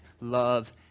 love